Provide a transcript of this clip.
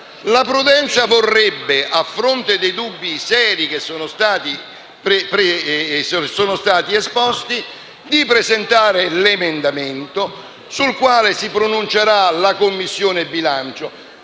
prudenza vorrebbe, a fronte dei dubbi seri che sono stati esposti, che si presenti un emendamento, sul quale si pronuncerà la Commissione bilancio.